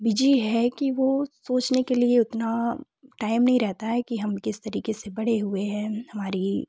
busy है कि वो सोचने के लिए उतना टाइम नहीं रहता है कि हम किस तरीके से बड़े हुए हैं हमारी